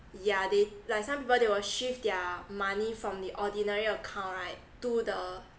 yeah they like some people they will shift their money from the ordinary account right to the